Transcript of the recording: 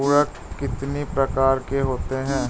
उर्वरक कितनी प्रकार के होता हैं?